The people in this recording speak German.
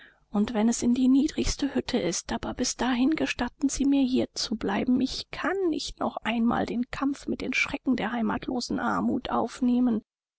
und wenn es in die niedrigste hütte ist aber bis dahin gestatten sie mir hier zu bleiben ich kann nicht noch einmal den kampf mit den schrecken der heimatlosen armut aufnehmen